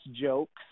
jokes